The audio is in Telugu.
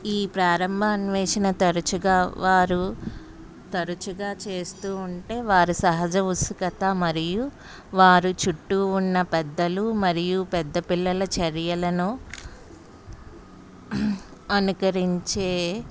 ఈ ప్రారంభ అన్వేషణ తరచుగా వారు తరచుగా చేస్తూ ఉంటే వారి సహజ ఉసుకత మరియు వారు చుట్టూ ఉన్న పెద్దలు మరియు పెద్ద పిల్లల చర్యలను అనుసరించే